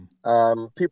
People